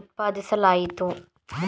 ಉತ್ಪಾದಿಸಲಾಯಿತು